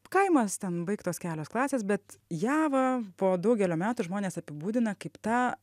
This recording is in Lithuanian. kaimas ten baigtos kelios klasės bet ją va po daugelio metų žmonės apibūdina kaip tą